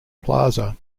plaza